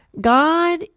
God